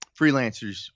freelancers